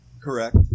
Correct